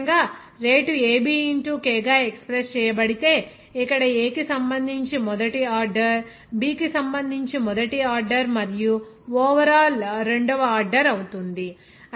అదేవిధంగా rate AB into k గా express చేయబడితే ఇక్కడ A కి సంబంధించి మొదటి ఆర్డర్ B కి సంబంధించి మొదటి ఆర్డర్ మరియు ఓవర్ ఆల్ రెండవ ఆర్డర్ అవుతుంది